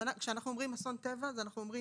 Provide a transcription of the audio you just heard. אומרים אסון טבע אנחנו מדברים